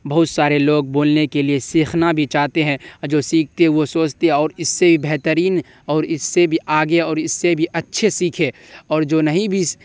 بہت سارے لوگ بولنے کے لیے سیکھنا بھی چاہتے ہیں جو سیکھتے وہ سوچتے اور اس سے بہترین اور اس سے بھی آگے اور اس سے بھی اچھے سیکھے اور جو نہیں بھی